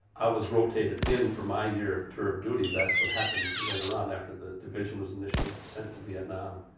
i was rotated in for my year of tour of duty, that's what happened later on after the division was initially sent to vietnam.